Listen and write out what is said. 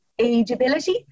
ageability